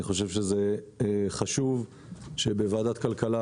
זה חשוב שבוועדת כלכלה